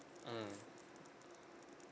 mmhmm